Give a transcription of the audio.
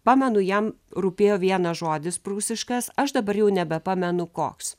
pamenu jam rūpėjo vienas žodis prūsiškas aš dabar jau nebepamenu koks